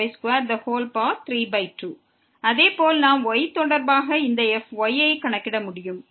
அதே போல் நாம் y ஐ பொறுத்து இந்த fy ஐ கணக்கிட முடியும்